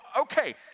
okay